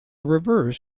reverse